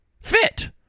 fit